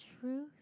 truth